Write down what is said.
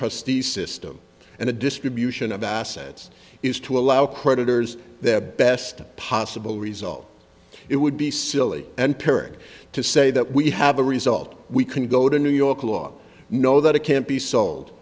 trustee system and the distribution of assets is to allow creditors the best possible result it would be silly and pairing to say that we have a result we can go to new york law know that it can't be sold